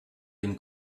dem